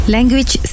Language